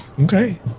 Okay